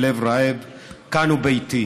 בלב רעב / כאן הוא ביתי.